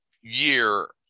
year